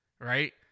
right